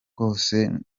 bwose